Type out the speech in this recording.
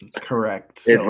Correct